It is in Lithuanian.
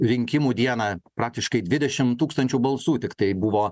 rinkimų dieną praktiškai dvidešim tūkstančių balsų tiktai buvo